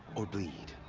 or bleed.